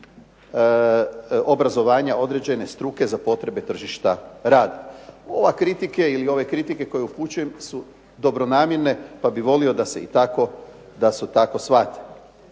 obrazovanja određene struke za potrebe tržišta rada. Ove kritike koje upućujem su dobronamjerne pa bih volio da se i tako shvate.